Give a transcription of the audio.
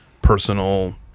personal